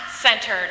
centered